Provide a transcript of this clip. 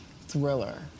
thriller